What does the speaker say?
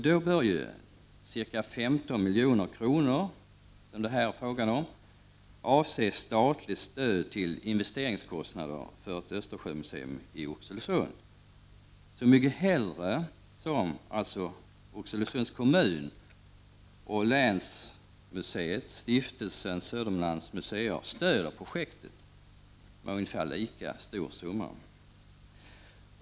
Då bör ca 15 milj.kr.avse statligt stöd till investeringskostnader för ett Östersjömuseum i Oxelösund — så mycket hellre som Oxelösunds kommun och länsmuseet, Stiftelsen Södermanlands museer, stöder projektet med ungefär lika stor summa.